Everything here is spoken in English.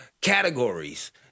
categories